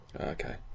Okay